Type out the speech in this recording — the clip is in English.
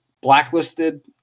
blacklisted